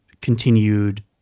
continued